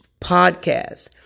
podcast